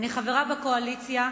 אני חברה בקואליציה,